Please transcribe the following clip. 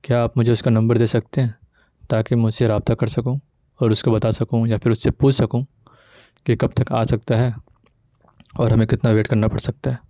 کیا آپ مجھے اس کا نمبر دے سکتے ہیں تاکہ میں اس سے رابطہ کر سکوں اور اس کو بتا سکوں یا پھر اس سے پوچھ سکوں کہ کب تک آ سکتا ہے اور ہمیں کتنا ویٹ کرنا پڑ سکتا ہے